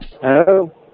Hello